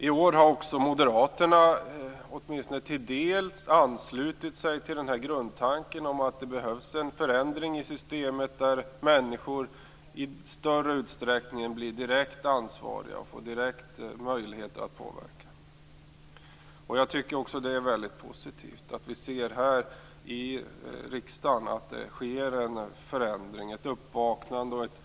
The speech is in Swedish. I år har också Moderaterna åtminstone till en del anslutit sig till grundtanken om att det behövs en förändring av systemet så att människor i större utsträckning blir direkt ansvariga och får direkt möjlighet att påverka. Jag tycker att också det är väldigt positivt. Vi ser att det sker en förändring, ett uppvaknande, här i riksdagen.